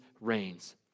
reigns